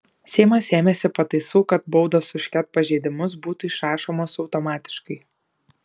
seimas ėmėsi pataisų kad baudos už ket pažeidimus būtų išrašomos automatiškai